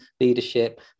leadership